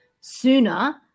sooner